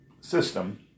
system